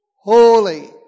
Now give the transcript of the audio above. holy